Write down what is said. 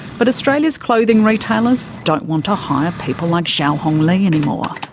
but australia's clothing retailers don't want to hire people like xiao hong li any more.